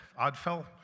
Oddfell